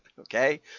Okay